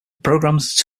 programs